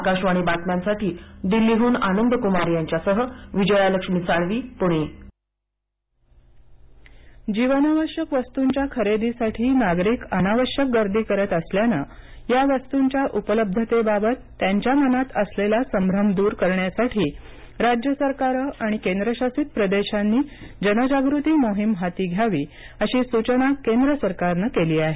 आकाशवाणी बातम्यांसाठी दिल्लीहून आनंदकुमार यांच्यासह विजयालक्ष्मी साळवी पुणे जीवनावश्यक वस्त जीवनावश्यक वस्तूंच्या खरेदीसाठी नागरिक अनावश्यक गर्दी करत असल्यानं या वस्तूंच्या उपलब्धतेबाबत त्यांच्या मनात असलेला संभ्रम दूर करण्यासाठी राज्य सरकारे आणि केंद्रशासित प्रदेशांनी जनजागृती मोहीम हाती घ्यावी अशी सूचना केंद्र सरकारनं केली आहे